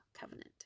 covenant